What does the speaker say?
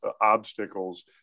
obstacles